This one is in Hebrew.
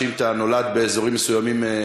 אם אתה חי באזורים מסוימים,